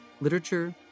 literature